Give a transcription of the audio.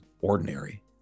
ordinary